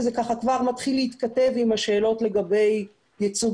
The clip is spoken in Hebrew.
וזה כבר מתחיל להתכתב עם השאלות לגבי ייצוג